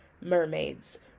mermaids